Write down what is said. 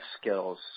skills